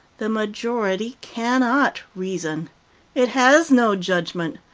the majority cannot reason it has no judgment.